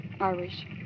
Irish